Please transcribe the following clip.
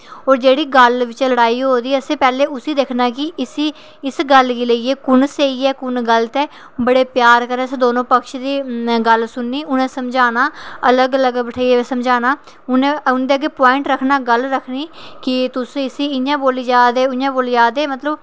होर जेह्ड़ी गल्ल पिच्छें लड़ाई होई दी पैह्लें उसी दिक्खना कि इस गल्ल गी लेइयै कु'न स्हेई ऐ कु'न गलत ऐ बड़े प्यार कन्नै असें दौनों पक्ष दी गल्ल सुननी उ'नें ई समझाना अलग अलग बेहियै समझाना उ'नें उं'दे अग्गें प्वाइंट रक्खना गल्ल रक्खनी कि तुस इ'यां बोली जा दे उ'आं बोली जैदा मतलब